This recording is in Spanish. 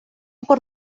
por